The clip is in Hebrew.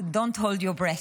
Don't hold your breath: